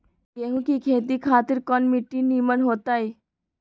गेंहू की खेती खातिर कौन मिट्टी निमन हो ताई?